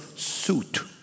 Suit